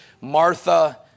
Martha